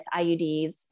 IUDs